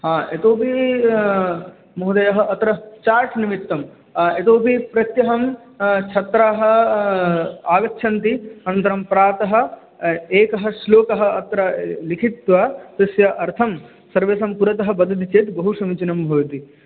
हा यतो हि महोदयः अत्र चार्ट् निमित्तं यतो हि प्रत्यहं छात्राः आगच्छन्ति अनन्तरं प्रातः एकः श्लोकः अत्र लिखित्वा तस्य अर्थं सर्वेषां पुरतः वदति चेत् बहु समीचिनं भवति